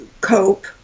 cope